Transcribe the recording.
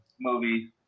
movies